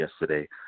yesterday